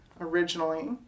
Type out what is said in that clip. originally